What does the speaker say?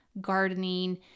gardening